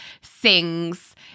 sings